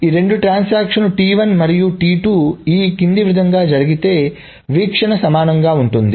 కాబట్టి రెండు ట్రాన్సాక్షన్ లు మరియు ఈ క్రింది విధంగా జరిగితే వీక్షణ సమానంగా ఉంటుంది